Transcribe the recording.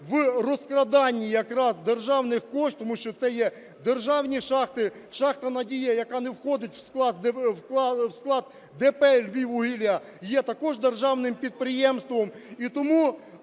в розкраданні якраз державних коштів. Тому що це є державні шахти. Шахта "Надія", яка не входить в склад ДП "Львіввугілля", є також державним підприємством. І тому